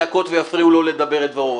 דבר כזה.